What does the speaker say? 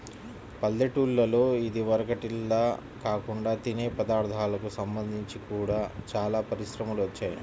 పల్లెటూల్లలో ఇదివరకటిల్లా కాకుండా తినే పదార్ధాలకు సంబంధించి గూడా చానా పరిశ్రమలు వచ్చాయ్